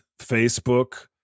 Facebook